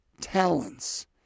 talents